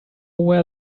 where